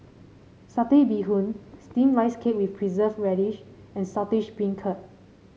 Satay Bee Hoon steamed Rice Cake with Preserved Radish and Saltish Beancurd